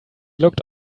looked